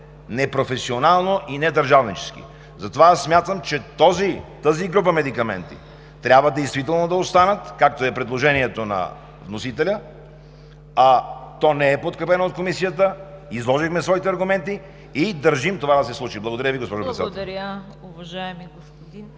непрофесионално и недържавнически. Затова смятам, че тази група медикаменти трябва действително да останат, както е предложението на вносителя, а то не е подкрепено от Комисията. Изложихме своите аргументи и държим това да се случи. Благодаря Ви, госпожо Председател. ПРЕДСЕДАТЕЛ ЦВЕТА